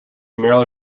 merely